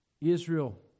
Israel